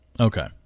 Okay